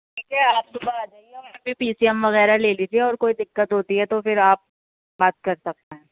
ٹھیک ہے آپ صبح آ جائیے ابھی پی سی ایم وغیرہ لے لیجئے اور کوئی دقت ہوتی ہے تو پھر آپ بات کر سکتے ہیں